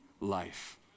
life